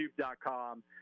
youtube.com